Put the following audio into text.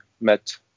met